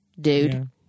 dude